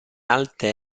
alte